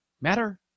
matter